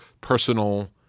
personal